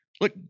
look